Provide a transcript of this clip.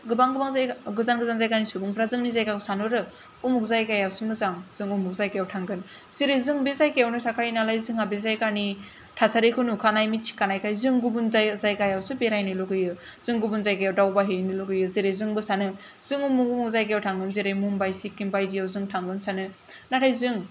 गोबां गोबां जायगा गोजान गोजान जायगानि सुबुंफ्रा जोंनि जायगाखौ सानहरो उमुक जायगायासो मोजां जों उमुक जायगायाव थांगोन जेरै जों बे जायगा यावनो थाखायो नालाय जोंहा बे जायगानि थासारिखौ नुखानाय मिन्थि खानायखाय जों गुबुन जायगायावसो बेरायनो लुगैयो जों गुबुन जायगायाव दावबाय हैनो लुगैयो जेरै जोंबो सानो जों उमुक उमुक जायगायाव थांगोन जेरै मुम्बाइ सिक्किम बायदिआव जों थांगोन सानो नाथाय जों